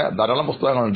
ധാരാളം പുസ്തകങ്ങളുണ്ട്